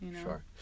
Sure